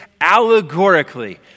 allegorically